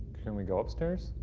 can we go upstairs?